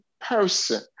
person